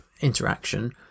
interaction